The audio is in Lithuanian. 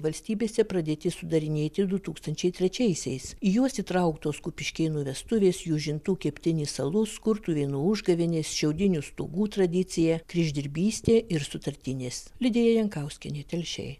valstybėse pradėti sudarinėti du tūkstančiai trečiaisiais į juos įtrauktos kupiškėnų vestuvės jūžintų keptinis alus kurtuvėnų užgavėnės šiaudinių stogų tradicija kryždirbystė ir sutartinės lidija jankauskienė telšiai